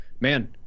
man